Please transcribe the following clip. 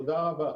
תודה רבה.